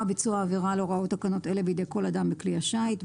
ביצוע עבירה על הוראות תקנות אלה בידי כל אדם בכלי השיט.